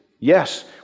Yes